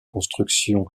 construction